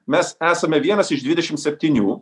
mes esame vienas iš dvidešimt septynių